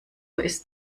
ist